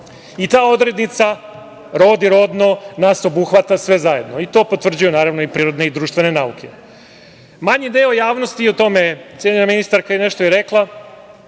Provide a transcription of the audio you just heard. i ta odrednica rod i rodno nas obuhvata sve zajedno. To potvrđuju naravno prirodne i društvene nauke. Manji deo javnosti o tome, cenjena ministarka je nešto i rekla,